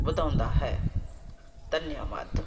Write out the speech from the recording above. ਵਧਾਉਂਦਾ ਹੈ ਧੰਨਵਾਦ